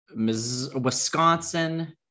Wisconsin